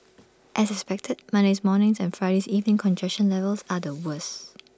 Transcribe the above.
as expected Monday's morning's and Friday's evening's congestion levels are the worse